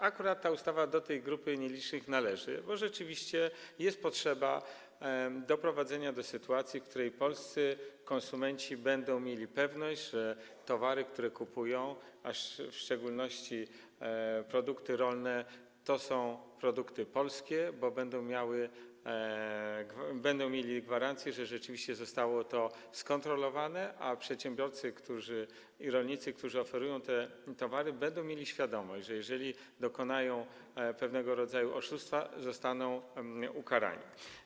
Akurat ta ustawa do tej nielicznej grupy należy, bo rzeczywiście jest potrzeba doprowadzenia do sytuacji, w której polscy konsumenci będą mieli pewność, że towary, które kupują, a w szczególności produkty rolne, to są produkty polskie, bo będą mieli gwarancję, że rzeczywiście zostało to skontrolowane, a przedsiębiorcy i rolnicy, którzy oferują te towary, będą mieli świadomość, że jeżeli dokonają pewnego rodzaju oszustwa, zostaną ukarani.